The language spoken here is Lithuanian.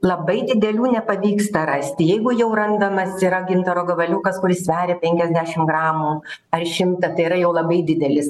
labai didelių nepavyksta rasti jeigu jau randamas yra gintaro gabaliukas kuris sveria penkiasdešimt gramų ar šimtą tai yra jau labai didelis